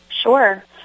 Sure